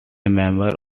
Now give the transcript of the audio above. member